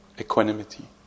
equanimity